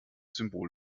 symbol